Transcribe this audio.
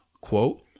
quote